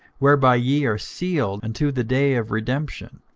whereby ye are sealed unto the day of redemption.